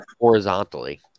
horizontally